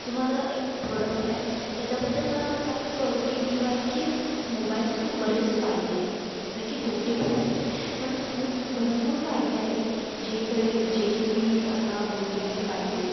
जो माझा एक प्रोडक्ट आहे त्याच्याबद्दल मला असा एक पॉझिटिव व्ह्यि आहे की मोबाइल थ्रू बरेच फायदे आहेत जसं आहे की तोटे पण आहेत पण खूप भरपूर फायदे आहेत जे काही जे की मी आत्ता बोलले आहे फायदे